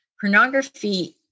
Pornography